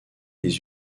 des